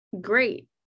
great